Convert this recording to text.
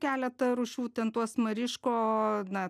keletą rūšių ten tuos mariško na